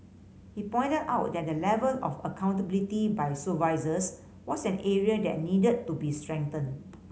he pointed out that the level of accountability by supervisors was an area that needed to be strengthened